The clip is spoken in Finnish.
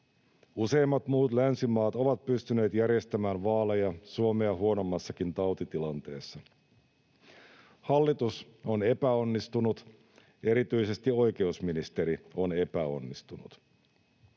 Useimmat muut länsimaat ovat pystyneet järjestämään vaaleja Suomea huonommassakin tautitilanteessa. Hallitus on epäonnistunut, erityisesti oikeusministeri on epäonnistunut.